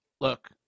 Look